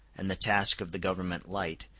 and the task of the government light,